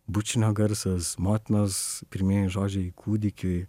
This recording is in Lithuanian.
bučinio garsas motinos pirmieji žodžiai kūdikiui